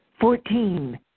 Fourteen